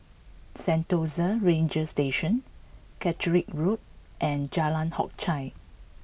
Sentosa Ranger Station Caterick Road and Jalan Hock Chye